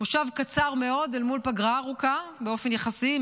מושב קצר מאוד אל מול פגרה ארוכה מאוד באופן יחסי,